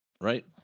Right